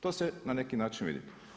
To se na neki način vidi.